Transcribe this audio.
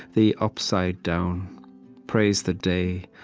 the upside-down praise the day,